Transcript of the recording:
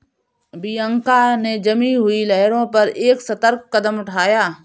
Bianca ने जमी हुई लहरों पर एक सतर्क कदम उठाया